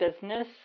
business